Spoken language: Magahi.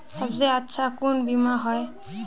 सबसे अच्छा कुन बिमा होय?